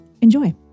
Enjoy